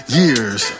years